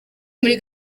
muri